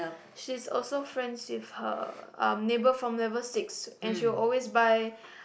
she's also friends with her um neighbor from level six and she will always buy